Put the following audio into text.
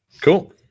Cool